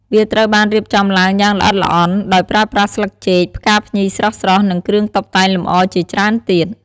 វាត្រូវបានរៀបចំឡើងយ៉ាងល្អិតល្អន់ ដោយប្រើប្រាស់ស្លឹកចេក ផ្កាភ្ញីស្រស់ៗ និងគ្រឿងតុបតែងលម្អជាច្រើនទៀត។